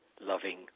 loving